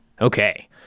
Okay